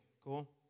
Cool